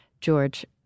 George